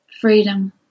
freedom